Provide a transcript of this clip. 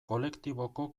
kolektiboko